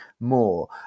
more